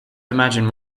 imagine